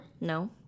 No